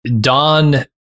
Don